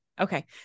Okay